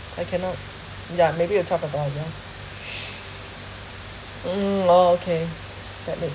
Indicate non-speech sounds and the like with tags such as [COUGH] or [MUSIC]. I cannot yeah maybe you talk about yours [BREATH] mm okay that make